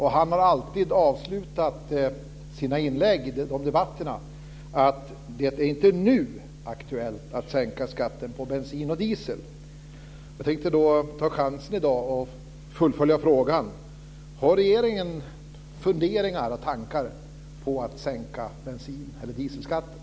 Han har alltid avslutat sina inlägg i de debatterna med att det inte nu är aktuellt att sänkta skatten på bensin och diesel. I dag tänkte jag ta chansen att fullfölja frågan. Har regeringen funderingar och tankar på att sänka bensineller dieselskatten?